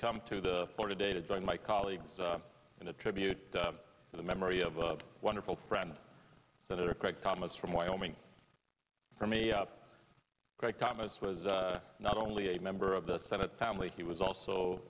come to the floor today to join my colleagues in a tribute to the memory of a wonderful friend senator craig thomas from wyoming for me great thomas was not only a member of the senate family he was also